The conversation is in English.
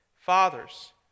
Fathers